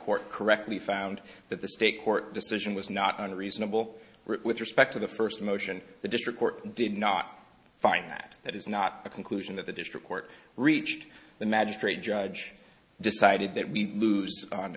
court correctly found that the state court decision was not unreasonable with respect to the first motion the district court did not find that that is not a conclusion that the district court reached the magistrate judge decided that we lose on